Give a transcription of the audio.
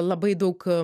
labai daug